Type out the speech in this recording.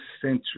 century